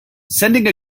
sending